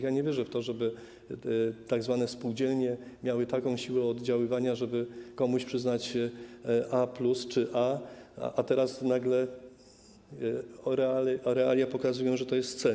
Ja nie wierzę w to, żeby tzw. spółdzielnie miały taką siłę oddziaływania, żeby komuś przyznać A+ czy A, a teraz nagle realia pokazują, że to jest C.